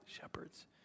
shepherds